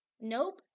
nope